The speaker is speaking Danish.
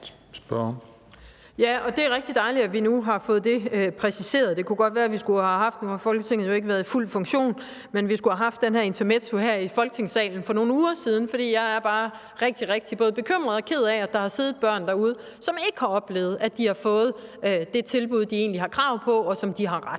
Trane Nørby (V): Ja, og det er rigtig dejligt, at vi nu har fået det præciseret. Nu har Folketinget jo ikke været i fuld funktion, men det kunne jo godt være, at vi skulle have haft det her intermezzo her i Folketingssalen for nogle uger siden. For jeg er bare rigtig, rigtig både bekymret og ked af, at der har siddet børn derude, som ikke har oplevet, at de har fået det tilbud, som de egentlig har krav på, og som de har ret